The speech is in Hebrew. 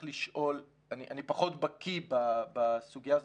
אני פחות בקיא בסוגיה הזאת.